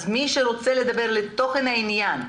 מי שרוצה לדבר על תוכן העניין,